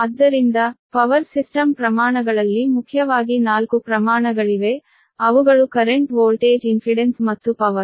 ಆದ್ದರಿಂದ power system ಪ್ರಮಾಣಗಳಲ್ಲಿ ಮುಖ್ಯವಾಗಿ ನಾಲ್ಕು ಪ್ರಮಾಣಗಳಿವೆ ಅವುಗಳು ಕರೆಂಟ್ ವೋಲ್ಟೇಜ್ ಇಂಫಿಡೆನ್ಸ್ ಮತ್ತು ಪವರ್